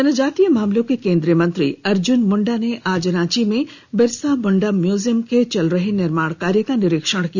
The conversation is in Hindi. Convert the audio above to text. जनजातीय मामलों के केन्द्रीय मंत्री अर्जुन मुंडा ने आज रांची में बिरसा मुंडा म्यूजियम के चल रहे निर्माण कार्य का निरीक्षण किया